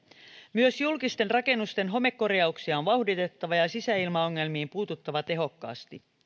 myös julkisten rakennusten homekorjauksia on vauhditettava ja sisäilmaongelmiin puututtava tehokkaasti